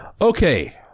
Okay